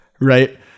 right